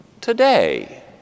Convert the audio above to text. today